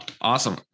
awesome